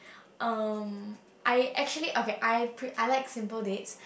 um I actually okay I pre I like simple dates